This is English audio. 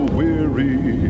weary